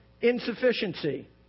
Insufficiency